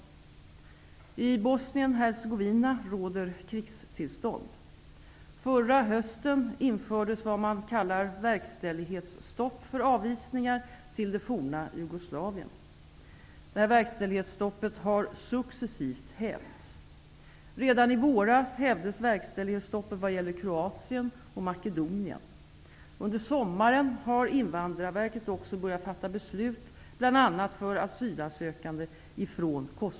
I Bosnien-Hercegovina råder krigstillstånd. Förra hösten infördes vad man kallar verkställighetsstopp för avvisningar till det forna Jugoslavien. Detta verkställighetsstopp har successivt hävts. Redan i våras hävdes verkställighetsstoppet vad gäller Kroatien och Makedonien. Under sommaren har Invandrarverket också börjat fatta beslut bl.a.